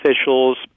officials